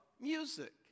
music